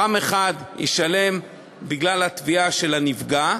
פעם אחת הוא ישלם בגלל התביעה של הנפגע,